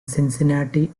cincinnati